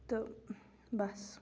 تہٕ بَس